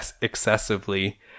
excessively